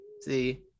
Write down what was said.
See